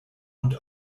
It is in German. und